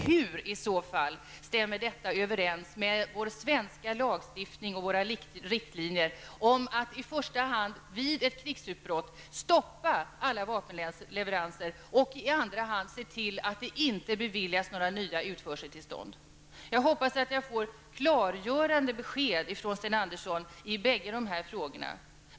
Hur stämmer detta i så fall överens med vår svenska lagstiftning och våra riktlinjer om att i första hand stoppa alla vapenleveranser vid ett krigsutbrott och i andra hand se till det inte beviljas några nya utförseltillstånd? Jag hoppas att jag får klargörande besked av Sten Andersson i bägge dessa frågor.